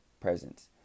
presence